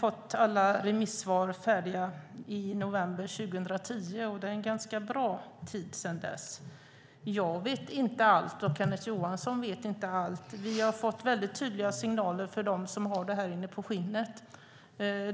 fått alla remissvar färdiga i november 2010. Det har gått en ganska bra tid sedan dess. Jag vet inte allt, och Kenneth Johansson vet inte allt. Vi har fått tydliga signaler från dem som har det här in på skinnet.